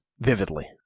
Vividly